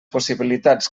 possibilitats